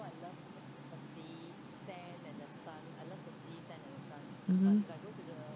mmhmm